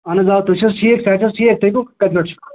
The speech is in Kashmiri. اَہَن حظ آ تُہۍ چھُو حظ ٹھیٖک صٮحت چھُو حظ ٹھیٖک تُہۍ کتہِ پیٹھ چھِوٕ